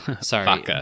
Sorry